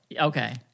Okay